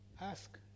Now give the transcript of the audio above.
Ask